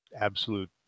absolute